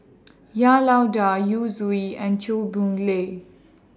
Han Lao DA Yu Zhuye and Chew Boon Lay